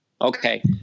Okay